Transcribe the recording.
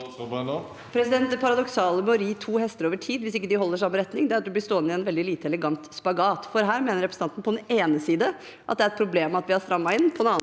Det paradoksale med å ri to hester over tid, hvis de ikke holder samme retning, er at man blir stående i en veldig lite elegant spagat. Her mener representanten på den ene siden at det er et problem at vi har strammet inn,